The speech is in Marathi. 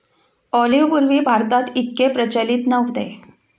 ऑलिव्ह पूर्वी भारतात इतके प्रचलित नव्हते